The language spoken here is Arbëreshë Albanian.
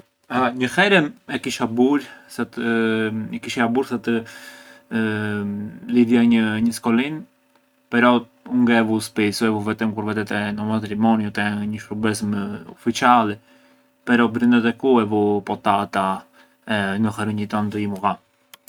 Një herë e kisha burë, sa të – e kisha burë sa të lidhja një skolin pero u ngë e vu spisu, e vu vetëm kur vete te ndo matrimonië o te një shurbes më uficiali, però brënda te ku e vu po’ tata e ndo herë onji tantu jim vëlla.